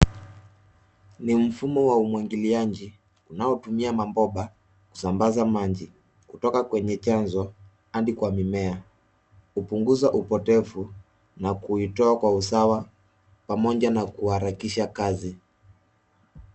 Ni mfumo wa umwagiliaji unaotumia mabomba kusambaza maji kutoka kwenye chanzo hadi kwa mimea kupunguza upotevu na kuitoa kwa usawa pamoja na kuharakisha kazi.